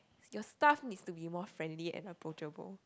your staff needs to be more friendly and approachable